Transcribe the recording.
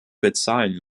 bezahlen